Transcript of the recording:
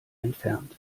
entfernt